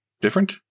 different